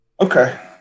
Okay